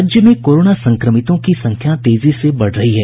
राज्य में कोरोना संक्रमितों की संख्या तेजी से बढ़ रही है